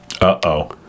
uh-oh